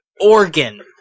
organ